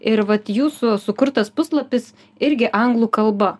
ir vat jūsų sukurtas puslapis irgi anglų kalba